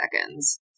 seconds